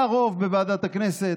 היה רוב בוועדת הכנסת,